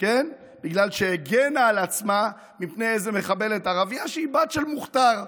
בגלל שהגנה על עצמה מפני איזה מחבלת ערבייה שהיא בת של מוח'תאר.